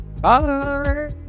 Bye